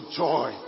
joy